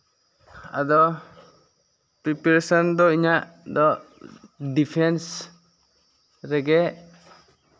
ᱟᱫᱚ ᱯᱨᱤᱯᱟᱨᱮᱥᱮᱱ ᱫᱚ ᱤᱧᱟᱹᱜ ᱫᱚ ᱰᱤᱯᱷᱮᱱᱥ ᱨᱮᱜᱮ